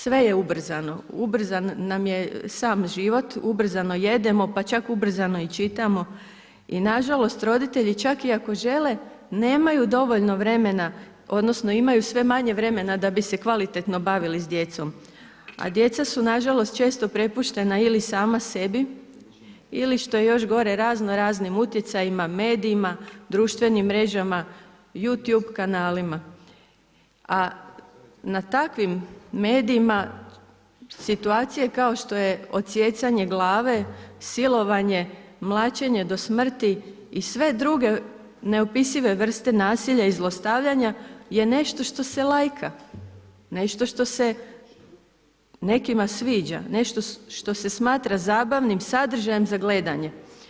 Sve je ubrzano, ubrzan nam je sam život, ubrzano jedemo pa čak ubrzano i čitamo i nažalost roditelji čak i ako žele, nemaju dovoljno vremena, odnosno imaju sve manje vremena da bi se kvalitetno bavili s djecom, a djeca su nažalost često prepuštena ili sama sebi, ili što je još gore razno raznim utjecajima, medijima, društvenim mrežama, youtube kanalima, a na takvim medijima situacije kao što je odsjecanje glave, silovanje, mlaćenje do smrti i sve druge neopisive vrste nasilja i zlostavljanja je nešto što se lajka, nešto što se nekima sviđa, nešto što se smatra zabavnim sadržajem za gledanje.